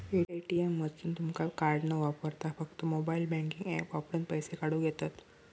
ATM मधसून तुमका card न वापरता फक्त मोबाईल बँकिंग ऍप वापरून पैसे काढूक येतंत